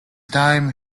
time